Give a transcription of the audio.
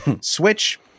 switch